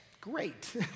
great